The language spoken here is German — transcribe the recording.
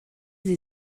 sie